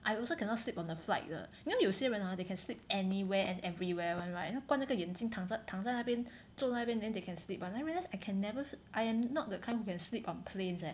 I also cannot sleep on the flight 的 you know 有些人 hor they can sleep anywhere and everywhere [one] right 他关那个眼睛躺在躺在那边坐在那边 then they can sleep [one] then I realised I can never I am not the kind who can sleep on planes leh